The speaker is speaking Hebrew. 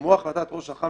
כמו החלטת ראש אח"מ,